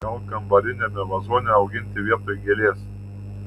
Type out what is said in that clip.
gal kambariniame vazone auginti vietoj gėlės